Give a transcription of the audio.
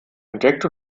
entdeckt